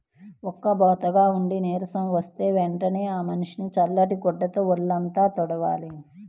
ఉక్కబోతగా ఉండి నీరసం వస్తే వెంటనే ఆ మనిషిని చల్లటి గుడ్డతో వొళ్ళంతా తుడవాలి